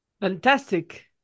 Fantastic